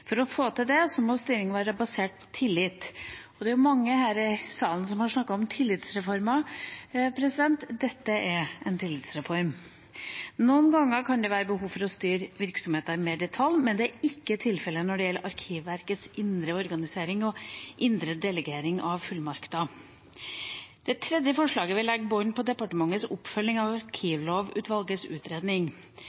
For å få til det må styringen være basert på tillit. Det er mange her i salen som har snakket om tillitsreformer. Dette er en tillitsreform. Noen ganger kan det være behov for å styre virksomheter mer i detalj, men det er ikke tilfelle når det gjelder Arkivverkets indre organisering og indre delegering av fullmakter. Det tredje forslaget vil legge bånd på departementets oppfølging av